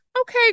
okay